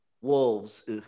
Wolves